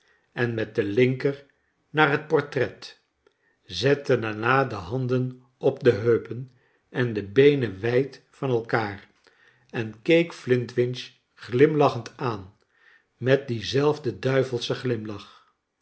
en met den linker naar het portret zette daarna de handen op de heupen en de beenen wijd van elkaar en keek flintwinch glimlachend aan met dien z elf